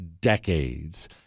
decades